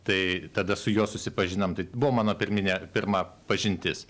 tai tada su juo susipažinom tai buvo mano pirminė pirma pažintis